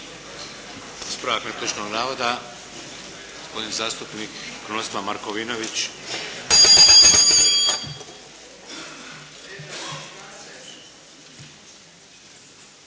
Ispravak netočnog navoda, gospodin zastupnik Krunoslav Markovinović.